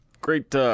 Great